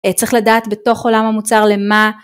צריך לדעת בתוך עולם המוצר למה.